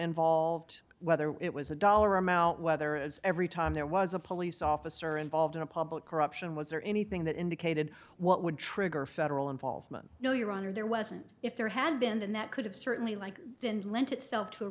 involved whether it was a dollar amount whether it was every time there was a police officer involved in a public corruption was there anything that indicated what would trigger federal involvement no your honor there wasn't if there had been that could have certainly like been lent itself to a